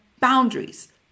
boundaries